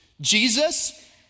Jesus